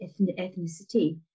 ethnicity